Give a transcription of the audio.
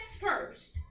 first